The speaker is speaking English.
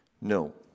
No